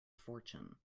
fortune